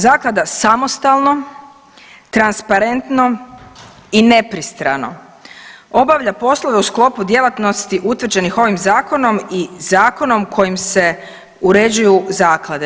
Zaklada samostalno, transparentno i nepristrano obavlja poslove u sklopu djelatnosti utvrđenih ovim zakonom i zakonom kojim se uređuju zaklade.